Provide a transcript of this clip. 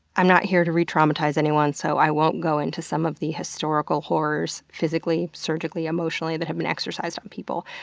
i'm not here to retraumatize anyone, so i won't go into some of the historical horrors physically, surgically, emotionally that have been exercised on people,